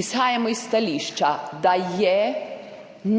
izhajamo iz stališča, da je